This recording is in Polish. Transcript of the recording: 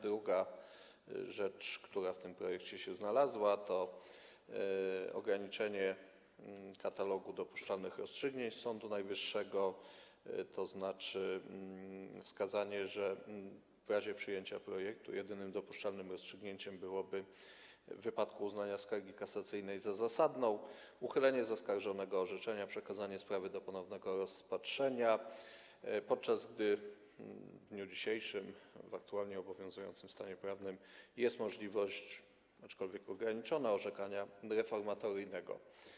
Druga kwestia, która w tym projekcie się znalazła, to ograniczenie katalogu dopuszczalnych rozstrzygnięć Sądu Najwyższego, tzn. wskazanie, że w razie przyjęcia projektu jedynym dopuszczalnym rozstrzygnięciem byłoby w wypadku uznania skargi kasacyjnej za zasadną uchylenie zaskarżonego orzeczenia, przekazanie sprawy do ponownego rozpatrzenia, podczas gdy w dniu dzisiejszym, w aktualnie obowiązującym stanie prawnym jest możliwość, aczkolwiek ograniczona, orzekania reformatoryjnego.